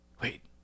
Wait